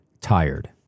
tired